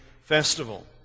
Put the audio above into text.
festival